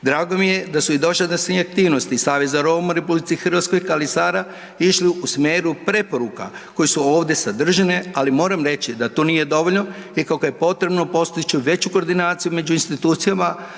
Drago mi je da su i dosadašnje aktivnosti Saveza Roma u Republici Hrvatskoj Kali Sara išli u smjeru preporuka koji su ovdje sadržane, ali moram reći da to nije dovoljno, nego je potrebno postići veću koordinaciju među institucijama,